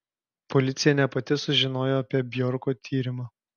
policija ne pati sužinojo apie bjorko tyrimą